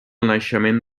naixement